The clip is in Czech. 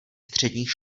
středních